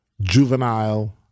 juvenile